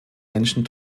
menschen